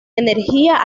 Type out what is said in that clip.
energía